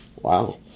Wow